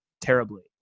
terribly